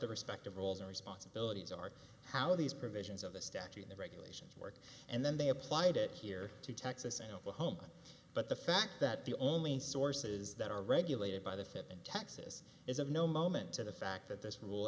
their respective roles and responsibilities are how these provisions of a statute the regulations work and then they applied it here to texas and oklahoma but the fact that the only sources that are regulated by the fifth in texas is of no moment to the fact that this rule